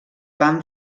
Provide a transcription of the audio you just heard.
van